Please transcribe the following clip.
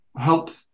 help